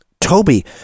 Toby